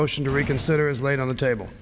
motion to reconsider is laid on the table